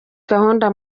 gahunda